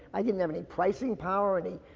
i didn't have any pricing power. any,